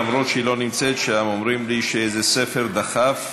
למרות שהיא לא נמצאת שם, אומרים לי שאיזה ספר נדחף